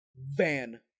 Van